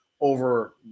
over